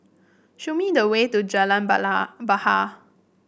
show me the way to Jalan Bahar